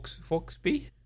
Foxby